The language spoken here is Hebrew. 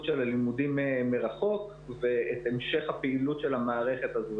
של הלימודים מרחוק ואת המשך הפעילות של המערכת הזו,